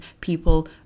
people